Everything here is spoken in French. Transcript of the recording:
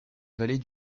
vallée